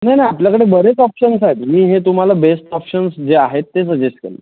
नाही नाही आपल्याकडे बरेच ऑप्शन्स आहेत मी हे तुम्हाला बेस्ट ऑप्शन्स जे आहेत ते सजेस्ट केले